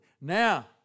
Now